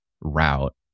route